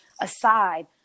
aside